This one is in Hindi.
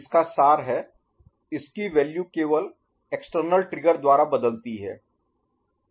इसका सार है इसकी वैल्यू केवल बाहरी ट्रिगर द्वारा बदलती है